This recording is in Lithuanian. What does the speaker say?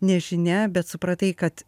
nežinia bet supratai kad